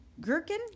gherkin